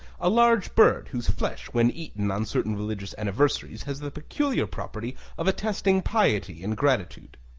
a large bird whose flesh when eaten on certain religious anniversaries has the peculiar property of attesting piety and gratitude.